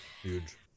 Huge